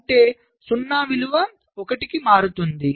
అంటే 0 విలువ 1 కి మారుతుంది